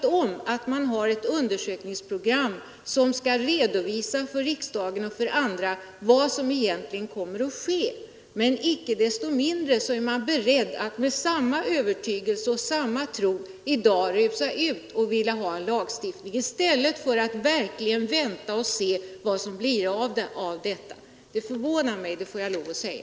Det har gjorts upp ett program för en undersökning, som skall redovisa för riksdagen och andra vad som egentligen sker, men icke desto mindre är man beredd att med samma övertygelse och samma tro i dag rusa i väg och begära en lagstiftning i stället för att vänta och se vad resultatet blir. Det förvånar mig, måste jag säga.